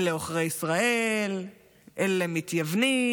אלה עוכרי ישראל, אלה מתייוונים.